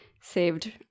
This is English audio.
saved